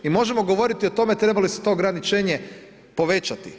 Mi možemo govoriti o tome treba li se to ograničenje povećati.